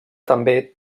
també